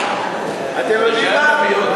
אתם יודעים מה?